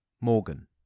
Morgan